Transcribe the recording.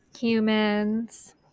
Humans